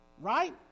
right